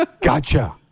Gotcha